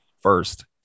first